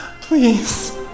please